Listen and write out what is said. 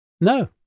No